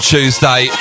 Tuesday